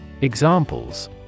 Examples